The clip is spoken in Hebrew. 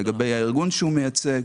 לגבי הארגון שהוא מייצג.